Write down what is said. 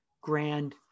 grand